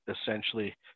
essentially